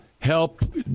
Help